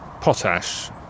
potash